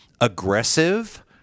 aggressive